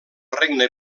regne